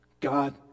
God